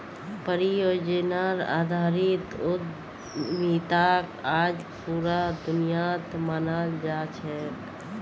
परियोजनार आधारित उद्यमिताक आज पूरा दुनियात मानाल जा छेक